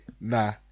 nah